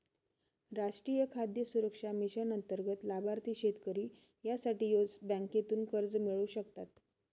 राष्ट्रीय खाद्य सुरक्षा मिशन अंतर्गत लाभार्थी शेतकरी यासाठी बँकेतून कर्ज मिळवू शकता